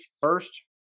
first